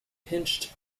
pinched